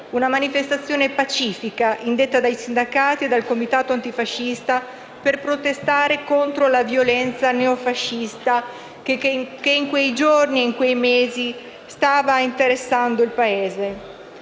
una manifestazione pacifica indetta dai sindacati e dal Comitato antifascista per protestare contro la violenza neofascista che in quei giorni e in quei mesi stava interessando il Paese.